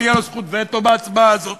תהיה לו זכות וטו בהצבעה הזאת?